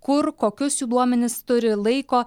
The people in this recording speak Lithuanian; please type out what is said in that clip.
kur kokius jų duomenis turi laiko